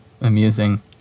amusing